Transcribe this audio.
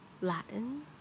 Latin